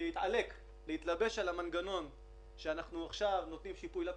להתלבש על המנגנון שאנחנו עכשיו נותנים שיפוי לקורונה,